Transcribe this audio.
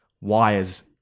wires